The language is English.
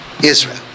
Israel